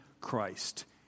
Christ